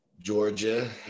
Georgia